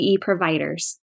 providers